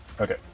Okay